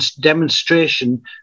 demonstration